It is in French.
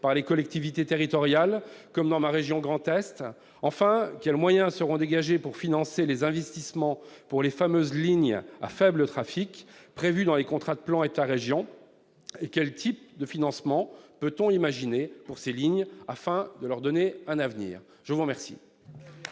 par les collectivités territoriales, comme dans ma région Grand Est ? Enfin, quels moyens seront dégagés pour financer les investissements pour les fameuses lignes à faible trafic prévus dans les contrats de plan État-région ? Quels types de financements peut-on imaginer afin de donner un avenir à ces lignes